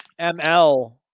ML